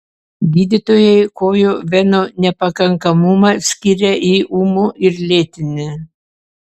gydytojai kojų venų nepakankamumą skiria į ūmų ir lėtinį